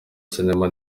sinema